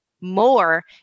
more